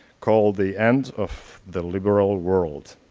called the end of the liberal world.